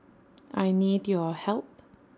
I need your help